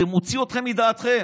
זה מוציא אתכם מדעתכם.